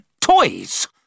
toys